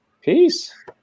Peace